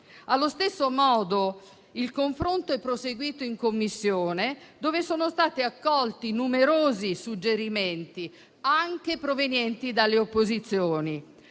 Allo stesso modo, il confronto è proseguito in Commissione, dove sono stati accolti numerosi suggerimenti, anche provenienti dalle opposizioni.